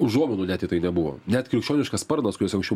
užuominų net į tai nebuvo net krikščioniškas sparnas kuris anksčiau